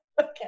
Okay